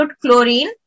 chlorine